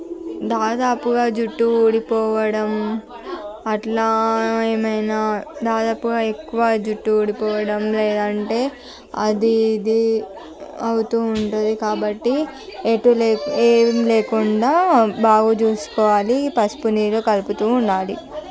దాదాపుగా జుట్టు ఊడిపోవడం అట్లా ఏమైనా దాదాపుగా ఎక్కువ జుట్టు ఊడిపోవడం లేదంటే అది ఇది అవుతూ ఉంటుంది కాబట్టి ఎటు ఏం లేకుండా బాగా చూసుకోవాలి పసుపు నీళ్ళు కలుపుతూ ఉండాలి